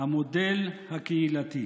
המודל הקהילתי,